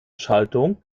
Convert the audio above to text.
schaltung